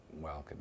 welcome